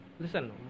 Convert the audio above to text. listen